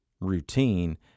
routine